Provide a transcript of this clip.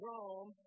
Rome